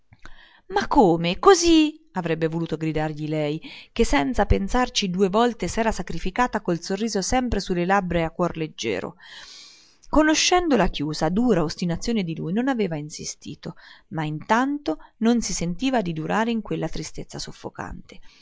ma come così avrebbe voluto gridargli lei che senza pensarci due volte s'era sacrificata col sorriso sempre su le labbra e il cuor leggero conoscendo la chiusa dura ostinazione di lui non aveva insistito ma intanto non si sentiva di durare in quella tristezza soffocante